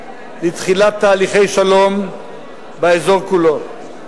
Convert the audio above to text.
של תחילת תהליכי שלום באזור כולו.